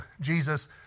Jesus